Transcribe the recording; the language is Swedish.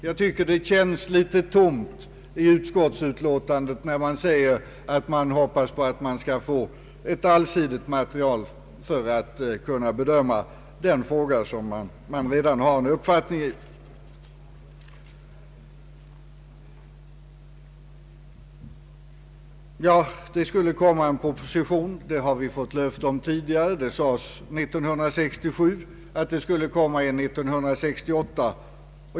Jag tycker det känns litet tomt att i utskottsutlåtandet läsa att utskottet hoppas att få ett allsidigt material för att kunna bedöma en fråga som man redan har en uppfattning i. Det sägs att det skall komma en proposition. Också 1967 fick vi löfte om att en sådan skulle komma 1968.